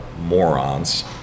morons